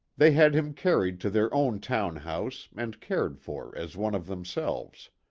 they had him carried to their own town-house and cared for as one of themselves.